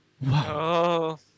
Wow